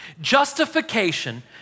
Justification